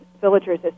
villagers